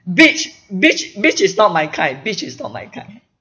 beach beach beach is not my kind beach is not my kind